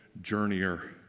journeyer